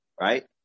Right